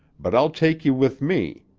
but i'll take you with me.